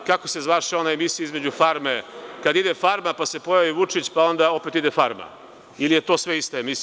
Kako se zvaše ona emisija između farme, kada ide farma, pa se pojavi Vučić, pa onda opet ide farma ili je sve to ista emisija?